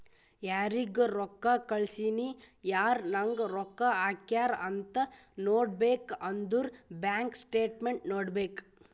ಯಾರಿಗ್ ರೊಕ್ಕಾ ಕಳ್ಸಿನಿ, ಯಾರ್ ನಂಗ್ ರೊಕ್ಕಾ ಹಾಕ್ಯಾರ್ ಅಂತ್ ನೋಡ್ಬೇಕ್ ಅಂದುರ್ ಬ್ಯಾಂಕ್ ಸ್ಟೇಟ್ಮೆಂಟ್ ನೋಡ್ಬೇಕ್